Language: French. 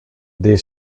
des